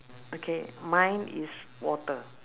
okay mine is water